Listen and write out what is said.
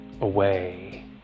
away